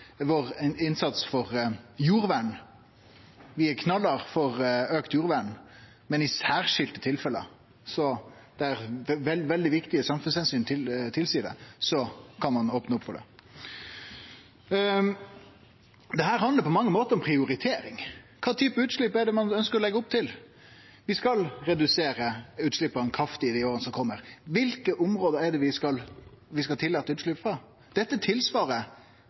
for jordvern. Vi er knallhardt for auka jordvern, men i særskilde tilfelle, der veldig viktige samfunnsomsyn tilseier det, kan ein opne opp for det. Dette handlar på mange måtar om prioritering. Kva type utslepp er det ein ønskjer å leggje opp til? Vi skal redusere utsleppa kraftig i åra som kjem. Kva for område er det vi skal tillate utslepp frå? Dette